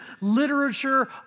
literature